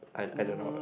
I I don't know